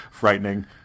Frightening